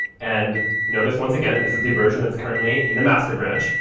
and notice, once again, this is the version that's currently in the master branch,